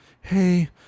Hey